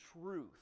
truth